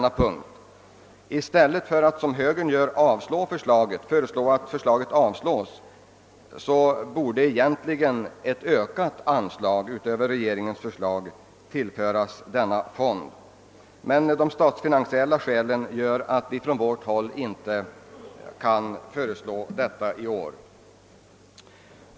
I stället för att som moderata samlingspartiet gör yrka avslag på förslaget borde man egentligen förorda ett ytterligare ökat anslag. Av statsfinansiella skäl kan vi emellertid inte föreslå något sådant i år.